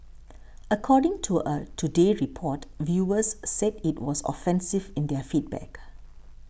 according to a Today Report viewers said it was offensive in their feedback